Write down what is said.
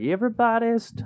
Everybody's